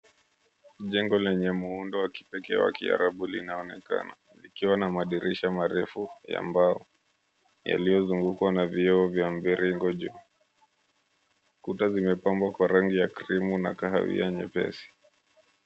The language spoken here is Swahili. Jengo lenye muundo wa kipekee wa kiarabu linaonekana likiwa na madirisha marefu ya mbao yaliyozungukwa na vioo vya mviringo juu. Kutwa zimepambwa ya krimu na kahawia nyepesi.